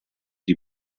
die